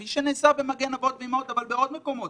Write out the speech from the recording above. כפי שנעשה ב"מגן אבות ואימהות" אבל בעוד מקומות,